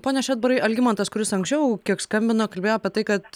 pone šedbarai algimantas kuris anksčiau kiek skambino kalbėjo apie tai kad